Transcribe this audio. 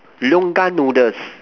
logan noodles